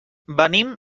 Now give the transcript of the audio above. venim